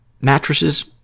mattresses